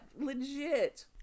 Legit